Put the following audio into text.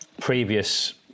Previous